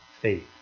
faith